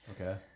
Okay